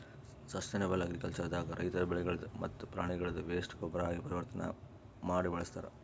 sustainable agriculture ದಾಗ ರೈತರ್ ಬೆಳಿಗಳ್ದ್ ಮತ್ತ್ ಪ್ರಾಣಿಗಳ್ದ್ ವೇಸ್ಟ್ ಗೊಬ್ಬರಾಗಿ ಪರಿವರ್ತನೆ ಮಾಡಿ ಬಳಸ್ತಾರ್